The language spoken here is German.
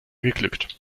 geglückt